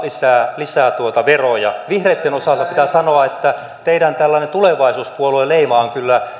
lisää velkaa lisää veroja vihreitten osalta pitää sanoa että teidän tällainen tulevaisuuspuolueleimanne on kyllä